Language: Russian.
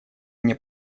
мне